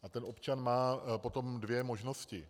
A občan má potom dvě možnosti.